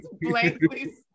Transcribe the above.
blankly